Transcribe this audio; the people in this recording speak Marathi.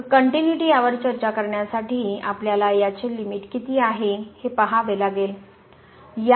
तर कनटयूनीटी यावर चर्चा करण्यासाठी आपल्याला याचे लिमिट किती आहे हे पहावे लागेल